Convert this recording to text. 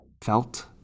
felt